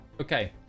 okay